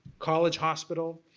college hospital,